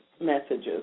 messages